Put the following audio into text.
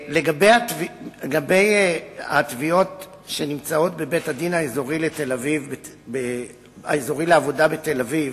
לגבי התביעות שנמצאות בבית-הדין האזורי לעבודה בתל-אביב,